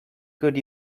could